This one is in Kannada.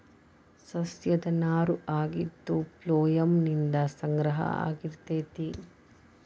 ಸಸ್ಯದ ನಾರು ಆಗಿದ್ದು ಪ್ಲೋಯಮ್ ನಿಂದ ಸಂಗ್ರಹ ಆಗಿರತತಿ